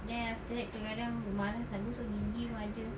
then after that kadang-kadang malas nak gosok gigi pun ada